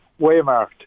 waymarked